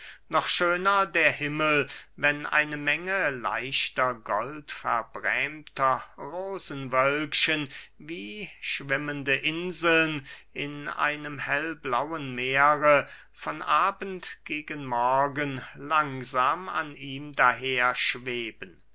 noch schöner der himmel wenn eine menge leichter goldverbrämter rosenwölkchen wie schwimmende inseln in einem hellblauen meere von abend gegen morgen langsam an ihm